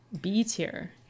B-tier